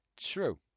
true